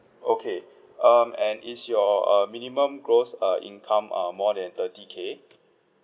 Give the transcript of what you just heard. okay um and is your uh minimum gross uh income uh more than thirty K